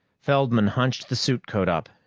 feldman hunched the suitcoat up,